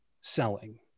selling